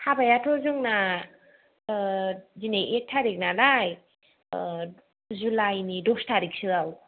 हाबायाथ' जोंना दिनै एक थारिक नालाय जुलाइनि दस थारिकसोआव